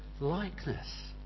likeness